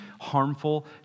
harmful